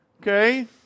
Okay